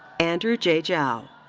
andrew j. zhao.